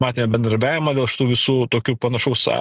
matėm bendradarbiavimą dėl šitų visų tokių panašaus a